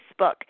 Facebook